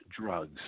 drugs